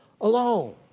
alone